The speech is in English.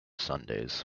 sundays